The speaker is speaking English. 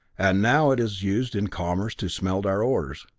and now it is used in commerce to smelt our ores.